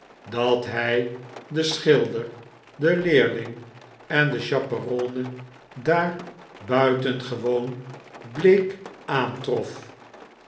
dat hij den schilder de leerling en de chaperone daar buitengewoon bleek aantrof